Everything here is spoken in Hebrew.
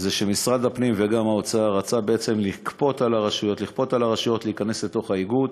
שמשרד הפנים וגם האוצר רצו לכפות על הרשויות להיכנס לתוך האיגוד.